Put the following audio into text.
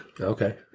Okay